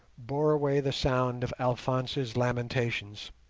bore away the sound of alphonse's lamentations.